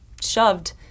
shoved